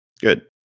Good